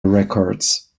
records